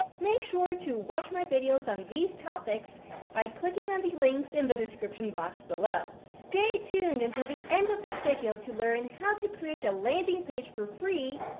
make sure to watch my videos on these topics by clicking on the links in the description box below. stay tuned until the end of this video to learn how to create a landing page for free,